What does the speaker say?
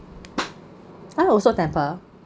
!huh! also temper